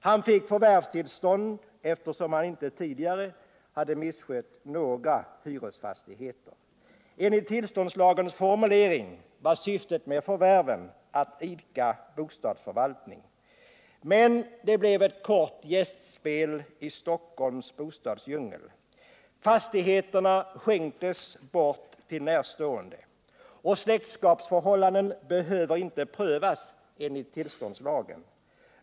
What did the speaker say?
Han fick förvärvstillstånd, eftersom han inte tidigare hade misskött några hyresfastigheter. Enligt tillståndslagens formulering var syftet med förvärven att idka bostadsförvaltning. Men det blev ett kort gästspel i Stockholms bostadsdjungel. Fastigheterna skänktes bort till närstående. Och släktskapsförhållanden behöver inte prövas enligt tillståndslagen.